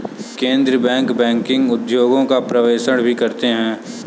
केन्द्रीय bank banking उद्योग का पर्यवेक्षण भी करते हैं